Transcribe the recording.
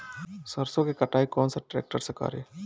सरसों के कटाई कौन सा ट्रैक्टर से करी?